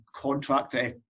contractor